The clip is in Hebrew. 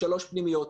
3. פנימיות.